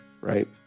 right